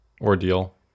ordeal